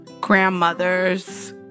grandmother's